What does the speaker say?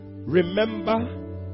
Remember